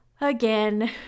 again